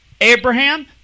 Abraham